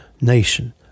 nation